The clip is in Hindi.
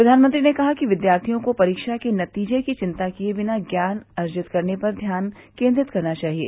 प्रधानमंत्री ने कहा कि विद्यार्थियों को परीक्षा के नतीजे की चिंता किये बिना ज्ञान अर्जित करने पर ध्यान केन्द्रित करना चाहिए